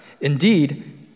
Indeed